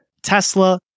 Tesla